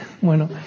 bueno